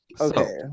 Okay